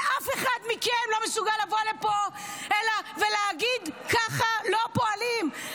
ואף אחד מכם לא מסוגל לבוא לפה ולהגיד: ככה לא פועלים,